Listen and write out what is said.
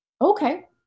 Okay